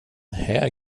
här